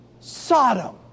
Sodom